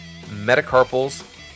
metacarpals